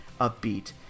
upbeat